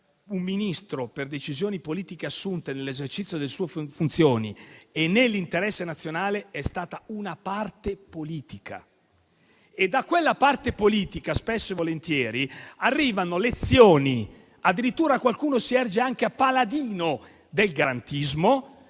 un Ministro per decisioni politiche assunte nell'esercizio delle sue funzioni e nell'interesse nazionale è stata una parte politica. Da quella parte politica spesso e volentieri arrivano lezioni - addirittura qualcuno si erge anche a paladino del garantismo